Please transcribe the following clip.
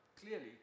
clearly